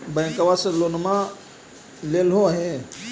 बैंकवा से लोनवा लेलहो हे?